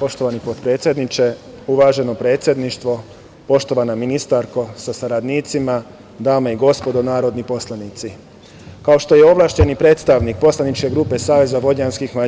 Poštovani potpredsedniče, uvaženo predsedništvo, poštovana ministarko sa saradnicima, dame i gospodo narodni poslanici, kao što je ovlašćeni predstavnik poslaničke grupe SVM,